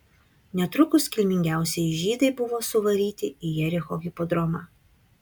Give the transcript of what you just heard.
netrukus kilmingiausieji žydai buvo suvaryti į jericho hipodromą